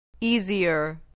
easier